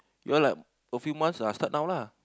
you all like a few months ah start now lah